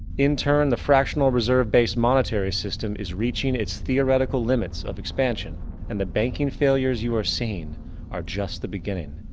in turn the fractional reserve based monetary system system is reaching it's theoretical limits of expansion and the banking failures you are seeing are just the beginning.